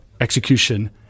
execution